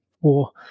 war